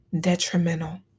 detrimental